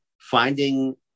finding